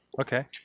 Okay